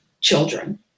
children